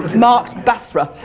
marked basra